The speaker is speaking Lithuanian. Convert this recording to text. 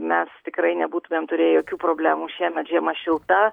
mes tikrai nebūtumėm turėję jokių problemų šiemet žiema šilta